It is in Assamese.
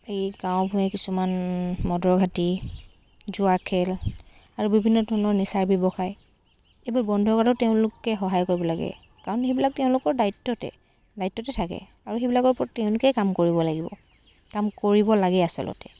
এই গাওঁ ভূঞে কিছুমান মদৰ ঘাটি জুৱা খেল আৰু বিভিন্ন ধৰণৰ নিচাৰ ব্যৱসায় এইবোৰ বন্ধ কৰাতো তেওঁলোকে সহায় কৰিব লাগে কাৰণ সেইবিলাক তেওঁলোকৰ দায়িত্বতে দায়িত্বতে থাকে আৰু সেইবিলাকৰ ওপৰত তেওঁলোকেই কাম কৰিব লাগিব কাম কৰিব লাগে আচলতে